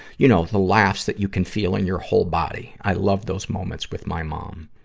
you know, the laughs that you can feel in your whole body. i love those moments with my mom.